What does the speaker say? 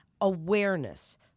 Awareness